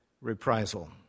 reprisal